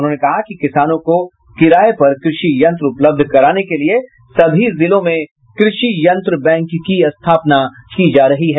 उन्होंने कहा कि किसानों को किराये पर कृषि यंत्र उपलब्ध कराने के लिए सभी जिलों में कृषि यंत्र बैंक की स्थापना की जा रही है